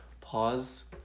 Pause